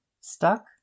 stuck